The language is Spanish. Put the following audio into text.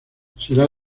será